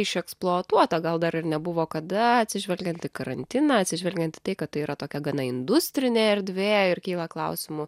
išeksploatuota gal dar ir nebuvo kada atsižvelgiant į karantiną atsižvelgiant į tai kad tai yra tokia gana industrinė erdvė ir kyla klausimų